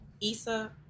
Issa